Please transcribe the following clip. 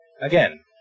Again